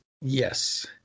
Yes